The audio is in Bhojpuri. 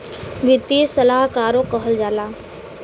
वित्तीय सलाहकारो कहल जाला